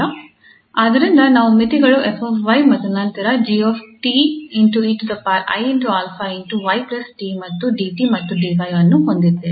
ಆದ್ದರಿಂದ ನಾವು ಮಿತಿಗಳು 𝑓𝑦 ಮತ್ತು ನಂತರ 𝑔𝑡𝑒𝑖𝛼𝑦𝑡 ಮತ್ತು 𝑑𝑡 ಮತ್ತು 𝑑𝑦 ಅನ್ನು ಹೊಂದಿದ್ದೇವೆ